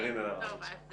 קארין אלהרר, בבקשה.